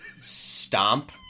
stomp